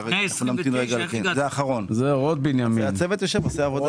גם זה לשנה.